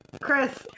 Chris